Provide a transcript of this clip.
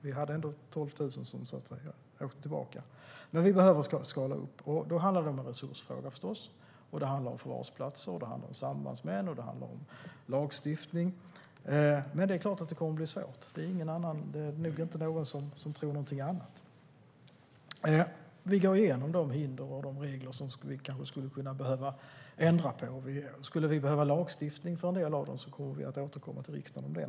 Vi behöver som sagt skala upp. Det är förstås en resursfråga, och det handlar om förvarsplatser, sambandsmän och lagstiftning. Självklart kommer det att bli svårt. Det är nog ingen som tror något annat. Vi går igenom de hinder och regler som vi kan behöva ändra på. Skulle vi behöva lagstiftning återkommer vi givetvis till riksdagen.